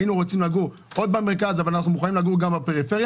היינו רוצים לגור עוד במרכז אבל אנחנו מוכנים לגור גם בפריפריה,